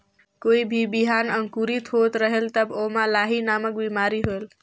कोई भी बिहान अंकुरित होत रेहेल तब ओमा लाही नामक बिमारी होयल?